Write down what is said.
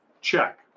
check